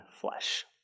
flesh